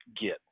get